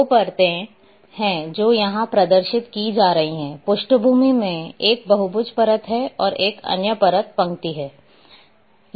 2 परतें हैं जो यहां प्रदर्शित की जा रही हैं पृष्ठभूमि में एक बहुभुज परत है और एक अन्य परत पंक्ति है